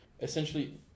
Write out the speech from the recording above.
essentially